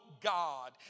God